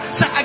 Say